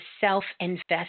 Self-Invest